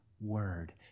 word